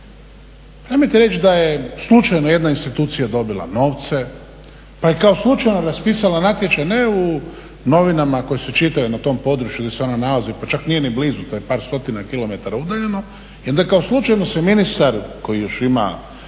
nemojte reći da je slučajno jedna institucija dobila novce, pa je kao slučajno raspisala natječaj, ne u novinama koje su čitave na tom području … pa čak nije ni blizu, to je par stotina kilometara udaljeno i onda kao slučajno se ministar koji još ima